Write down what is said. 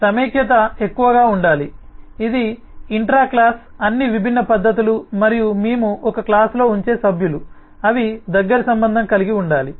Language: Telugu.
కాబట్టి సమైక్యత ఎక్కువగా ఉండాలి ఇది ఇంట్రా క్లాస్ అన్ని విభిన్న పద్ధతులు మరియు మేము ఒక క్లాస్ లో ఉంచే సభ్యులు అవి దగ్గరి సంబంధం కలిగి ఉండాలి